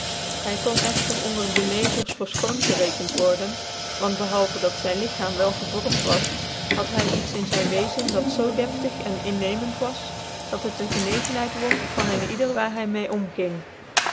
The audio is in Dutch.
hy kon echter onder de negers voor fchoon gerekend worjcn want behaken dat zyn lichaam wel gevormt was had hy iets in zyn weezen dat zoo deftig en innemende was dat het de genegenheid won van een ieder waar hv mede omging